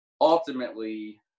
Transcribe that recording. ultimately